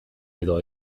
edo